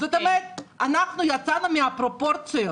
זאת אומרת אנחנו יצאנו מפרופורציות.